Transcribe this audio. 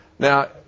Now